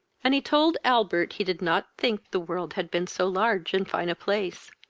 and he told albert he did not think the world had been so large and fine a place.